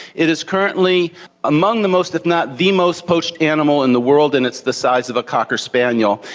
it is currently among the most if not the most poached animal in the world and it's the size of a cocker spaniel.